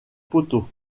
poteau